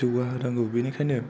जौगाहोनांगौ बेनिखायनो